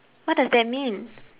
what does that means